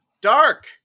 Dark